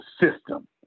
system